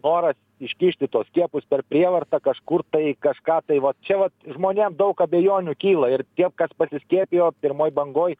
noras iškišti tuos skiepus per prievartą kažkur tai kažką tai va čia va žmonėm daug abejonių kyla ir tiem kas pasiskiepijo pirmoj bangoj